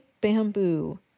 Bamboo